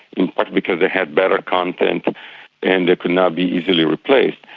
in part because they had better content and they could not be easily replaced.